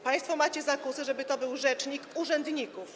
Państwo macie zakusy, żeby to był rzecznik urzędników.